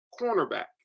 cornerback